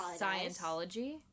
Scientology